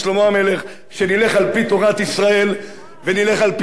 כשנלך על-פי תורת ישראל ונלך על-פי ההלכה היהודית,